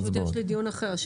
יש לי דיון אחר.